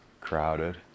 crowded